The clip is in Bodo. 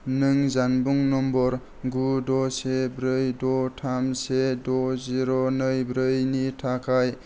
नों जानबुं नम्बर गु द' से ब्रै द' थाम से द' जिर' नै ब्रैनि थाखाय